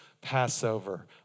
Passover